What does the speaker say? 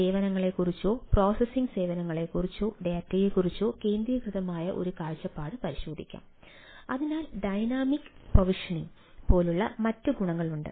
സേവനങ്ങളെക്കുറിച്ചോ processing സേവനങ്ങളെക്കുറിച്ചോ ഡാറ്റയെക്കുറിച്ചോ കേന്ദ്രീകൃതമായ ഒരു കാഴ്ചപ്പാട് പരിശോധിക്കാം അതിനാൽ 'ഡൈനാമിക് പ്രൊവിഷനിംഗ് ' പോലുള്ള മറ്റ് ഗുണങ്ങളുണ്ട്